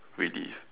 relief